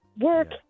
work